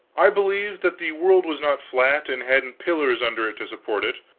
i believed that the world was not flat, and hadn't pillars under it to support it,